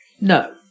No